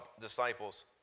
disciples